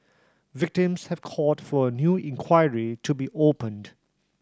victims have called for a new inquiry to be opened